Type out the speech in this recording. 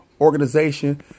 organization